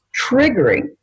triggering